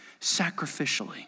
sacrificially